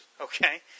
Okay